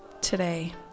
today